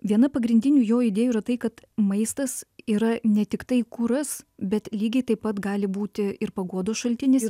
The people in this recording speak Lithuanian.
viena pagrindinių jo idėjų yra tai kad maistas yra ne tiktai kuras bet lygiai taip pat gali būti ir paguodos šaltinis